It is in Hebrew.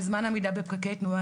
בזמן העמידה בפקקי תנועה,